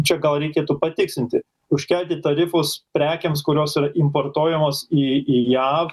čia gal reikėtų patikslinti užkelti tarifus prekėms kurios yra importuojamos į į jav